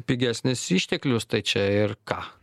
pigesnis išteklius tai čia ir ką